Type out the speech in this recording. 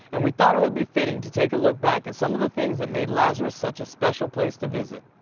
and we thought it would be fitting to take a look back at some of the things that made lazarus such a special place to visit!